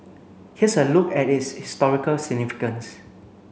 here's a look at its historical significance